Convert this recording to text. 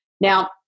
Now